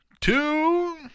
two